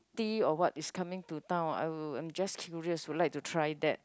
tea or what is coming to town I'll I'm just curious would like to try that